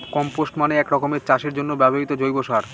compost মানে এক রকমের চাষের জন্য ব্যবহৃত জৈব সার